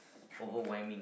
overwhelming